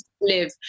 live